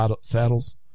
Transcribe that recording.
Saddles